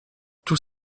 tous